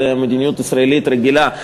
זו מדיניות ישראלית רגילה,